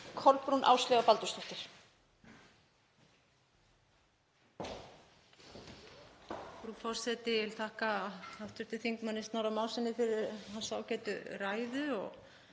Kolbrún Áslaugar Baldursdóttir